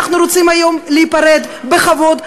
אנחנו רוצים היום להיפרד בכבוד,